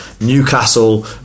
Newcastle